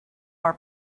our